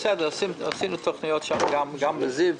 עשינו תוכניות גם בזיו